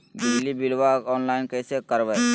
बिजली बिलाबा ऑनलाइन कैसे करबै?